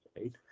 right